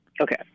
Okay